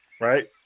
right